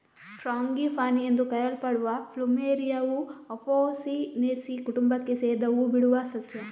frangipani ಎಂದು ಕರೆಯಲ್ಪಡುವ ಪ್ಲುಮೆರಿಯಾವು ಅಪೊಸಿನೇಸಿ ಕುಟುಂಬಕ್ಕೆ ಸೇರಿದ ಹೂ ಬಿಡುವ ಸಸ್ಯ